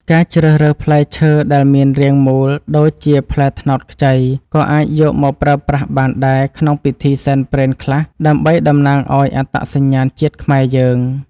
ការជ្រើសរើសផ្លែឈើដែលមានរាងមូលដូចជាផ្លែត្នោតខ្ចីក៏អាចយកមកប្រើប្រាស់បានដែរក្នុងពិធីសែនព្រេនខ្លះដើម្បីតំណាងឱ្យអត្តសញ្ញាណជាតិខ្មែរយើង។